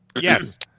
yes